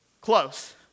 Close